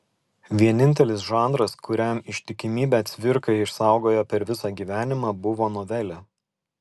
vienintelis žanras kuriam ištikimybę cvirka išsaugojo per visą gyvenimą buvo novelė